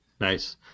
Nice